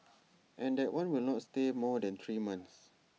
and that one will not stay more than three months